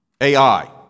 AI